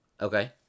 Okay